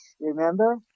remember